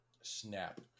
snap